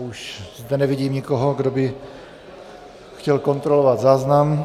Už zde nevidím nikoho, kdo by chtěl kontrolovat záznam.